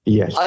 Yes